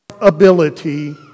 ability